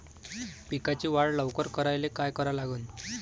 पिकाची वाढ लवकर करायले काय करा लागन?